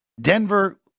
Denver